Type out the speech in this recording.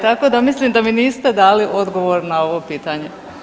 Tako da mislim da mi niste dali odgovor na ovo pitanje.